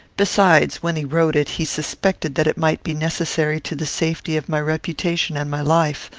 besides, when he wrote it, he suspected that it might be necessary to the safety of my reputation and my life,